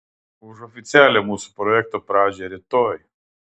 už oficialią mūsų projekto pradžią rytoj